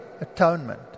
atonement